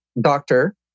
doctor